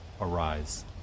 arise